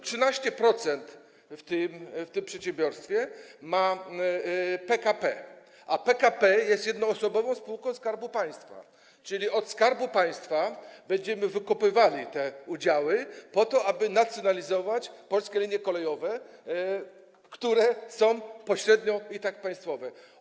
13% w tym przedsiębiorstwie ma PKP, a PKP jest jednoosobową spółką Skarbu Państwa, czyli od Skarbu Państwa będziemy te udziały wykupywali po to, aby nacjonalizować Polskie Linie Kolejowe, które pośrednio i tak są państwowe.